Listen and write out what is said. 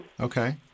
Okay